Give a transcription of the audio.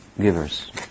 givers